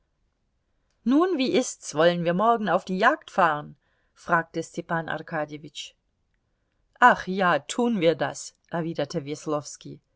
nun wie ist's wollen wir morgen auf die jagd fahren fragte stepan arkadjewitsch ach ja tun wir das erwiderte